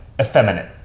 effeminate